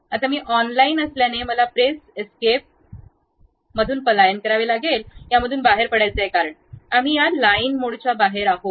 आता मी ऑनलाइन असल्याने मला प्रेस एस्केप पलायन काय करावे लागेल यामधून बाहेर पडायचे आहे आम्ही त्या लाइन मोडच्या बाहेर आहोत